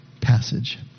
passage